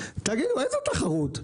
תגידו איזו תחרות,